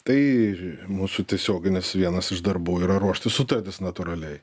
tai mūsų tiesioginis vienas iš darbų yra ruošti sutartis natūraliai